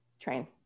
train